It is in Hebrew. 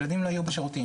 הילדים לא יהיו בשירותים,